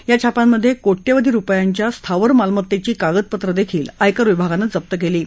या छाप्यांमधे कोट्यावधी रुपयांच्या स्थावर मालमत्तेची कागदपत्रंही आयकर विभागानं जप्त केली आहेत